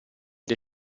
dei